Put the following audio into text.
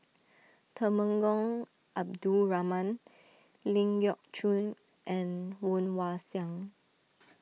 Temenggong Abdul Rahman Ling Geok Choon and Woon Wah Siang